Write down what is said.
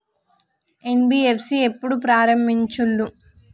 NBFC ఎప్పుడు ప్రారంభించిల్లు?